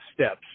steps